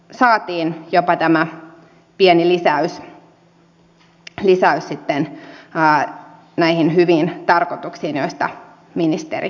sen sijaan saatiin jopa tämä pieni lisäys näihin hyviin tarkoituksiin joista ministeri kertoi